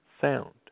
sound